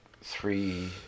three